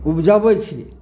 ऊपजबै छी